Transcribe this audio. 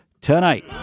tonight